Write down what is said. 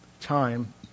time